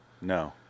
No